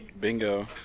Bingo